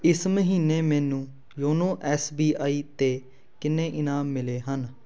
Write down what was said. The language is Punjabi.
ਇਸ ਮਹੀਨੇ ਮੈਨੂੰ ਯੋਨੋ ਐਸ ਬੀ ਆਈ 'ਤੇ ਕਿੰਨੇ ਇਨਾਮ ਮਿਲੇ ਹਨ